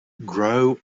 grow